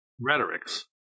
rhetorics